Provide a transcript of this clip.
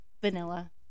vanilla